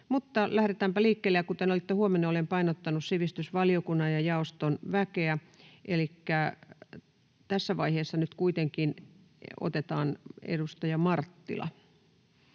lähdetäänpä liikkeelle. Ja kuten olette huomanneet, olen painottanut sivistysvaliokunnan ja -jaoston väkeä. — Elikkä tässä vaiheessa nyt kuitenkin otetaan edustaja Marttila